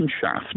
shaft